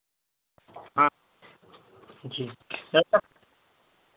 हाँ जी